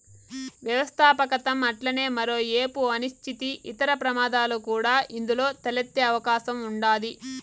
వ్యవస్థాపకతం అట్లనే మరో ఏపు అనిశ్చితి, ఇతర ప్రమాదాలు కూడా ఇందులో తలెత్తే అవకాశం ఉండాది